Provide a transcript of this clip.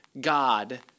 God